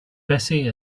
bessie